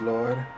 Lord